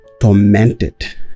Tormented